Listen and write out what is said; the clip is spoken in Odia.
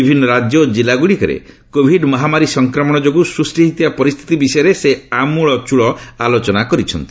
ବିଭିନ୍ନ ରାଜ୍ୟ ଓ ଜିଲ୍ଲା ଗୁଡ଼ିକରେ କୋଭିଡ୍ ମହାମାରୀ ସଂକ୍ରମଣ ଯୋଗୁଁ ସୃଷ୍ଟି ହୋଇଥିବା ପରିସ୍ଥିତି ବିଷୟରେ ସେ ଆମୂଳଚୂଳ ଆଲୋଚନା କରିଛନ୍ତି